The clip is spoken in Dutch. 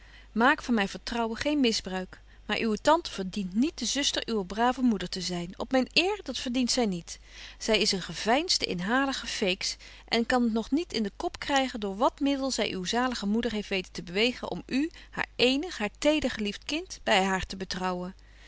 maak van myn vertrouwen geen misbruik maar uwe tante verdient niet de zuster uwer brave moeder te zyn op myn eer dat verdient zy niet zy is een geveinsde inhalige feeks en ik kan het nog niet in den kop krygen door wat middel zy uwe zalige moeder heeft weten te bewegen om u haar eenig haar tedergeliefd kind by haar te